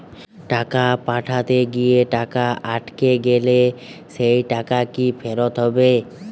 টাকা পাঠাতে গিয়ে টাকা আটকে গেলে সেই টাকা কি ফেরত হবে?